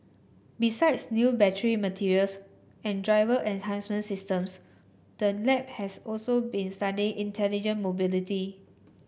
besides new battery materials and driver enhancement systems the lab has also been studying intelligent mobility